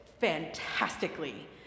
fantastically